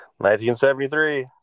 1973